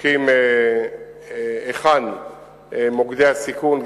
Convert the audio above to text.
בודקים היכן מוקדי הסיכון,